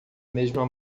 mesma